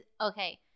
okay